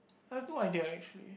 I have no idea actually